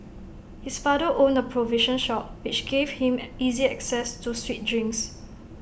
his father owned A provision shop which gave him easy access to sweet drinks